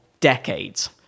decades